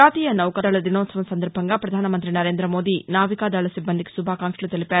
జాతీయ నావికాదళ దినోత్సవం సందర్బంగా ప్రధానమంతి నరేంద్రమోదీ నౌకాదళ సిబ్బందికి ను శుభాకాంక్షలు తెలిపారు